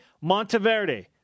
Monteverde